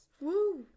Woo